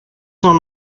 saint